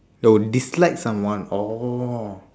oh dislike someone orh